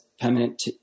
permanent